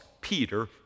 Peter